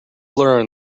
learned